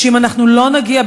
שאם אנחנו לא נגיע,